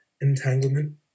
Entanglement